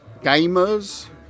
gamers